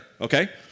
okay